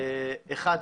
אחד,